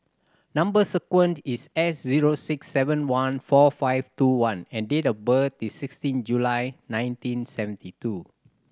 number sequence is S zero six seven one four five two one and date of birth is sixteen July nineteen seventy two